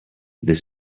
this